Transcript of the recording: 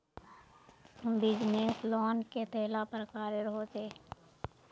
Business loan कतेला प्रकारेर होचे?